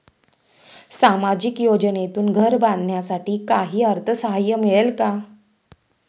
सामाजिक योजनेतून घर बांधण्यासाठी काही अर्थसहाय्य मिळेल का?